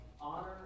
honor